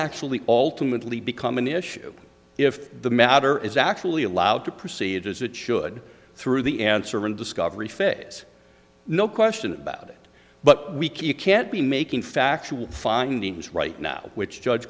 actually alternately become an issue if the matter is actually allowed to proceed as it should through the answer in discovery phase no question about it but we keep can't be making factual findings right now which judge